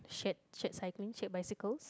shared shared cycling shared bicycles